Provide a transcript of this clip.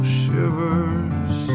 shivers